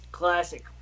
Classic